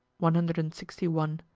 one hundred and sixty one.